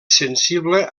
sensible